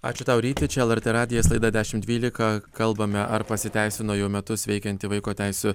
ačiū tau ryti čia lrt radijas laida dešimt dvylika kalbame ar pasiteisino jau metus veikianti vaiko teisių